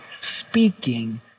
speaking